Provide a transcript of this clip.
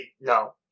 No